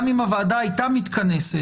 גם אם הוועדה הייתה מתכנסת,